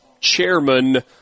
chairman